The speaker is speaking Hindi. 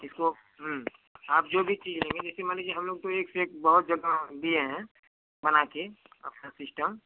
इसको हूँ आप जो भी चीज लेंगे जैसे मान लीजिए हम लोग तो एक से एक बहुत जगह दिए हैं बना के अपना सिस्टम